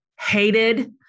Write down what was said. hated